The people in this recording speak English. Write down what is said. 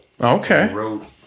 Okay